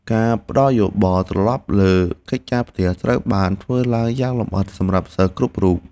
ការផ្តល់យោបល់ត្រឡប់លើកិច្ចការផ្ទះត្រូវបានធ្វើឡើងយ៉ាងលម្អិតសម្រាប់សិស្សគ្រប់រូប។